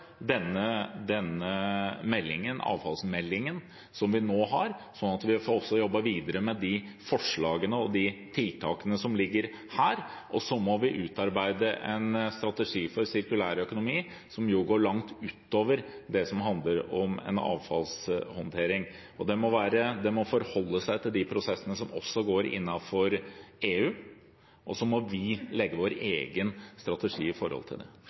som ligger i denne avfallsmeldingen, slik at vi får jobbet videre med de forslagene og de tiltakene som ligger her, og så må vi utarbeide en strategi for sirkulær økonomi, som jo går langt ut over det som handler om avfallshåndtering. Den må forholde seg til de prosessene som foregår også innenfor EU, og så må vi legge vår egen strategi ut fra det. EU har satt seg en del mål, og statsråden var inne på det